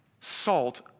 salt